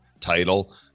title